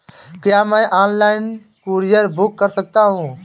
क्या मैं online courier book कर सकता हूँ?